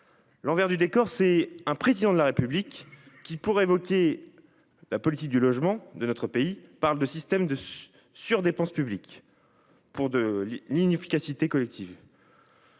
L'envers du décor, c'est le Président de la République qui qualifie la politique du logement de notre pays de « système de surdépenses publiques pour de l'inefficacité collective